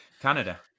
Canada